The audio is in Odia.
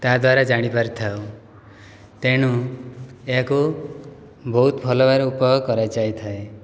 ତାଦ୍ୱାରା ଜାଣିପାରି ଥାଉ ତେଣୁ ଏହାକୁ ବହୁତ ଭଲ ଭାବରେ ଉପଭୋଗ କରାଯାଇଥାଏ